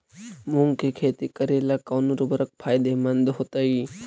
मुंग के खेती करेला कौन उर्वरक फायदेमंद होतइ?